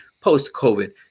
post-COVID